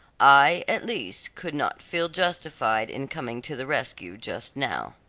i, at least, could not feel justified in coming to the rescue just now.